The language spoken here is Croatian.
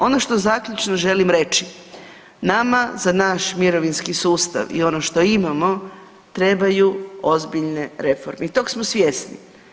Ono što zaključno želim reći, nama za naš mirovinski sustav i ono što imamo trebaju ozbiljne reforme i tog smo svjesni.